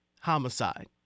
homicide